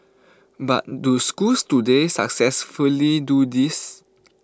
but do schools today successfully do this